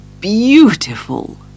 beautiful